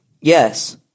Yes